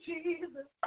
Jesus